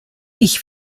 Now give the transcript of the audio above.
ich